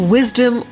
Wisdom